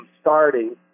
starting